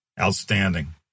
Outstanding